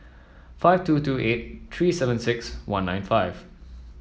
five two two eight three seven six one nine five